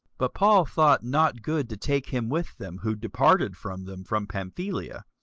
but paul thought not good to take him with them, who departed from them from pamphylia,